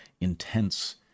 intense